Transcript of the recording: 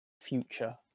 future